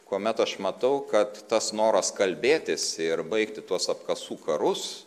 kuomet aš matau kad tas noras kalbėtis ir baigti tuos apkasų karus